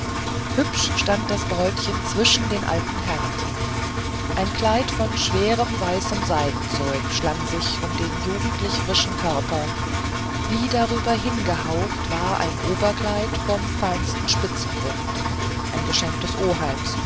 mund hübsch stand das bräutchen zwischen den alten herren ein kleid von schwerem weißem seidenzeug schlang sich um den jugendlich frischen körper wie darüber hingehaucht war ein oberkleid vom feinsten spitzengrund ein geschenk des